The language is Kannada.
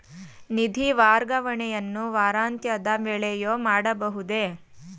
ನಿಧಿ ವರ್ಗಾವಣೆಯನ್ನು ವಾರಾಂತ್ಯದ ವೇಳೆಯೂ ಮಾಡಬಹುದೇ?